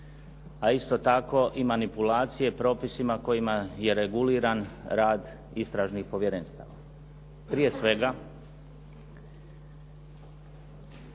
a isto tako i manipulacije propisima kojima je reguliran rad istražnih povjerenstava. Prije svega